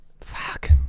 Fuck